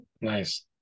Nice